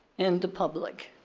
and the public.